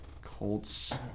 Colts